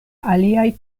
aliaj